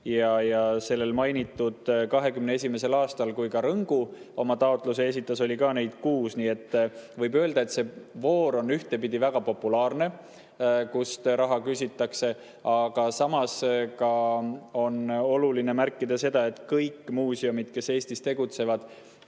41. Sellel mainitud 2021. aastal, kui ka Rõngu oma taotluse esitas, oli neid kuus. Nii et võib öelda, et see voor on ühtepidi väga populaarne, kus raha küsitakse, aga samas on oluline märkida, et kõik muuseumid, kes Eestis tegutsevad,